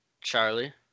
Charlie